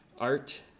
art